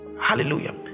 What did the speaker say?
Hallelujah